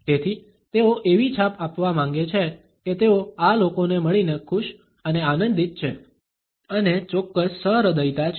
તેથી તેઓ એવી છાપ આપવા માંગે છે કે તેઓ આ લોકોને મળીને ખુશ અને આનંદિત છે અને ચોક્કસ સહ્રદયતા છે